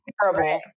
terrible